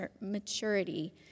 maturity